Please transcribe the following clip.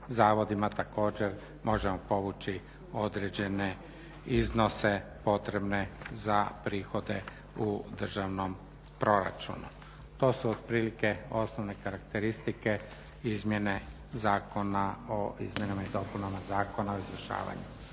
zavodima također možemo povući određene iznose potrebne za prihode u državnom proračunu. To su otprilike osnovne karakteristike izmjene Zakona o izmjenama i dopunama Zakona o izvršavanju